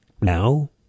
Now